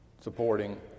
supporting